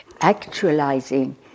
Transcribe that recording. actualizing